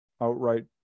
outright